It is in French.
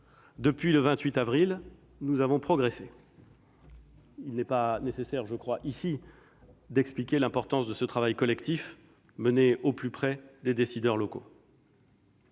Depuis le 28 avril, nous avons progressé. Il n'est pas nécessaire d'expliquer ici l'importance de ce travail collectif, mené au plus près des décideurs locaux.